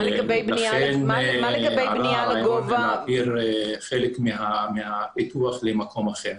לכן עלה הרעיון להעביר חלק מהפיתוח למקום אחר.